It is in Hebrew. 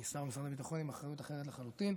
אני שר במשרד הביטחון עם אחריות אחרת לחלוטין.